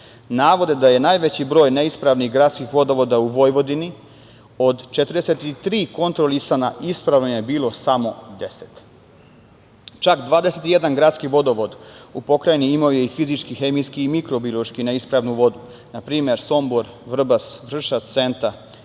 navode da je najveći broj neispravnih gradskih vodovoda u Vojvodini. Od 43 kontrolisana, ispravnih je bilo samo 10. Čak 21 gradski vodovod u Pokrajini imao je fizički, hemijski i mikrobiološki neispravnu vodu. Kvalitet vode je dodatno